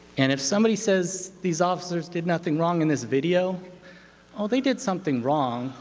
and if somebody says these officers did nothing wrong in this video well, they did something wrong.